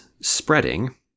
spreading